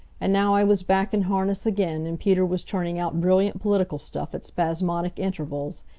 and now i was back in harness again, and peter was turning out brilliant political stuff at spasmodic intervals.